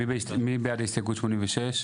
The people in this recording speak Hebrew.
מי בעד הסתייגות 86?